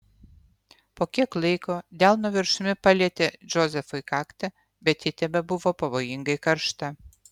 po kiek laiko delno viršumi palietė džozefui kaktą bet ji tebebuvo pavojingai karšta